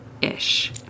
ish